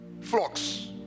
flocks